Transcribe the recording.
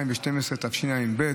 התשע"ב 2012,